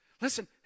Listen